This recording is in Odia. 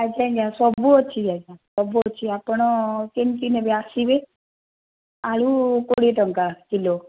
ଆଜ୍ଞା ଆଜ୍ଞା ସବୁ ଅଛି ଆଜ୍ଞା ସବୁ ଅଛି ଆପଣ କେମିତି ନେବେ ଆସିବେ ଆଳୁ କୋଡ଼ିଏ ଟଙ୍କା କିଲୋ